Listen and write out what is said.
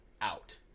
out